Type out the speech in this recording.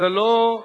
זה לא,